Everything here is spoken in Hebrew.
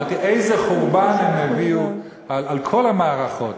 אמרתי: איזה חורבן הם הביאו על כל המערכות.